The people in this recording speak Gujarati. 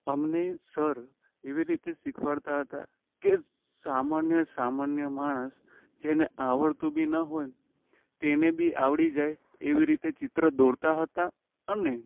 અમને સર એવી રીતે શીખવાડતા હતા કે સામાન્ય સામાન્ય માણસ જેને આવડતું બી ન હોય ને તેને બી આવડી જાય એવી રીતે ચિત્ર દોરતા હતા અને